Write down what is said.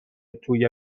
توی